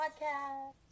podcast